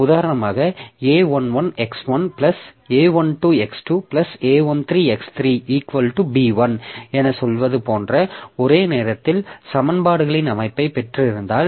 உதாரணமாக a11x1 a12x2 a13x3 b1 என சொல்வது போன்ற ஒரே நேரத்தில் சமன்பாடுகளின் அமைப்பை பெற்றிருந்தால்